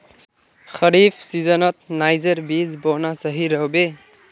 खरीफ सीजनत नाइजर बीज बोना सही रह बे